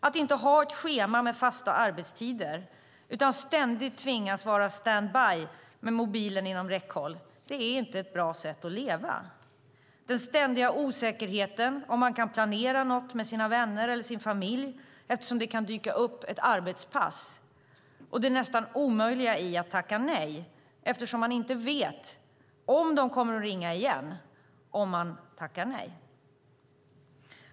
Att inte ha ett schema med fasta arbetstider utan ständigt tvingas vara standby med mobilen inom räckhåll är inte ett bra sätt att leva. Det handlar om den ständiga osäkerheten om ifall man kan planera något med sina vänner eller sin familj eftersom det kan dyka upp ett arbetspass och det nästan omöjliga i att tacka nej eftersom man inte vet om de kommer att ringa igen i så fall.